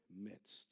midst